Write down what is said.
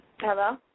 Hello